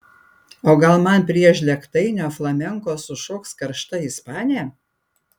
o gal man prie žlėgtainio flamenko sušoks karšta ispanė